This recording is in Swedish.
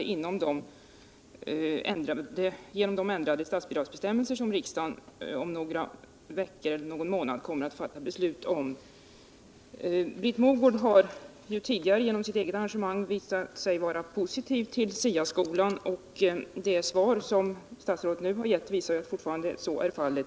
inom ramen för de ändrade statsbidragsbestämmelser som riksdagen om några veckor eller någon månad kommer att fatta beslut om. Britt Mogård har ju tidigare genom sitt engagemang visat sig vara positiv till SIA-skolan, och det svar som statsrådet nu har givit visar att så fortfarande är fallet.